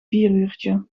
vieruurtje